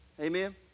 Amen